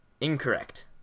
incorrect